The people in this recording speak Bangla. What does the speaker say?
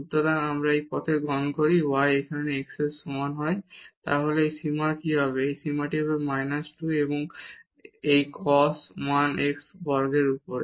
সুতরাং যদি আমরা এই পথটি গ্রহণ করি y এখানে x এর সমান হয় তাহলে এই সীমার কি হবে এই সীমাটি হবে মাইনাস 2 এবং এই cos 1 x বর্গের উপরে